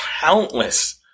countless